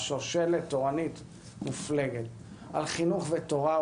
שושלת תורנית מופלגת של חינוך ותורה,